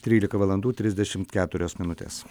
trylika valandų trisdešimt keturios minutės